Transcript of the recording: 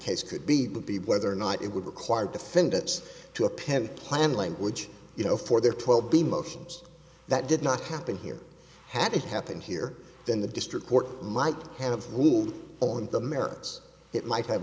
case could be would be whether or not it would require defendants to append plan language you know for their twelve emotions that did not happen here had it happened here then the district court might have ruled on the merits it might have